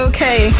Okay